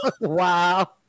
Wow